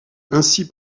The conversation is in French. ainsi